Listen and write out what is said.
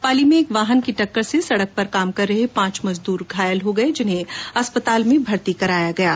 पाली में एक वाहन की टक्कर से सड़क पर काम कर रहे पांच मजदूर घायल हो गये जिन्हें अस्पताल में भर्ती कराया गया है